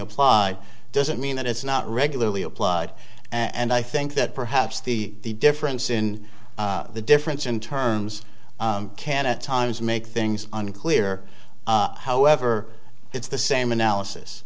applied doesn't mean that it's not regularly applied and i think that perhaps the difference in the difference in terms can a times make things unclear however it's the same analysis